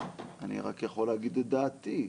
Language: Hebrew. אני רק יכול להגיד את דעתי.